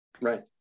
Right